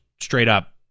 straight-up